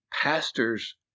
pastors